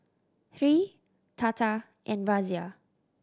Hri Tata and Razia